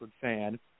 fan